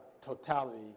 totality